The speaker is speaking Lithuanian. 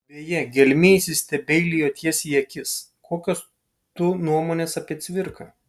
beje gelmė įsistebeilijo tiesiai į akis kokios tu nuomonės apie cvirką